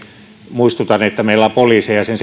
muistutan että meillä on poliiseja sen